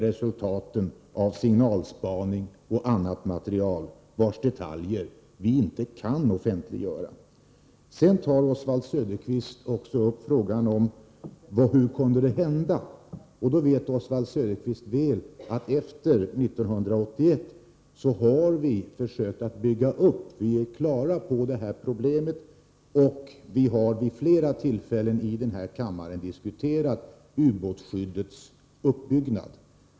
resultaten av signalspaning o. d., där vi inte kan offentliggöra detaljerna. swald Söderqvist ställde också frågan: Hur kunde det hända? Oswald Söderqvist vet mycket väl att vi efter 1981 har blivit på det klara med det här problemet, och vi har försökt bygga upp ett skydd härvidlag. Vi har också vid flera tillfällen här i kammaren diskuterat ubåtsskyddets uppbyggnad.